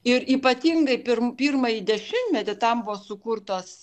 ir ypatingai pir pirmąjį dešimmetį tam buvo sukurtos